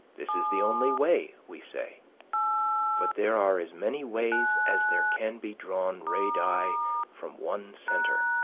this is the only way, we say but there are as many ways as there can be drawn radii from one centre.